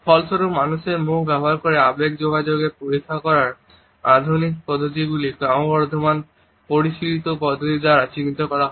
ফলস্বরূপ মানুষের মুখ ব্যবহার করে আবেগ যোগাযোগের পরীক্ষা করার আধুনিক পদ্ধতিগুলি ক্রমবর্ধমান পরিশীলিত পদ্ধতি দ্বারা চিহ্নিত করা হয়